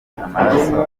amaraso